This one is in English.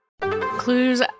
Clues